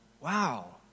wow